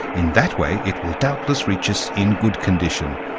in that way it will doubtless reach us in good condition.